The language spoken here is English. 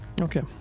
Okay